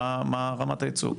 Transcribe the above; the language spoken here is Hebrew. מה רמת הייצוג.